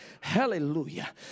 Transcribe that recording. Hallelujah